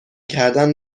کردن